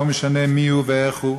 לא משנה מיהו ואיך הוא,